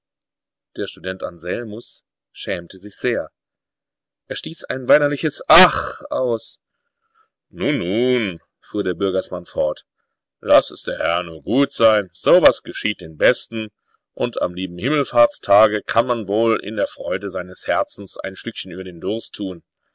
der student anselmus schämte sich sehr er stieß ein weinerliches ach aus nun nun fuhr der bürgersmann fort laß es der herr nur gut sein so was geschieht den besten und am lieben himmelfahrtstage kann man wohl in der freude seines herzens ein schlückchen über den durst tun